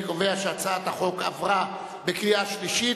אני קובע שהצעת החוק עברה בקריאה שלישית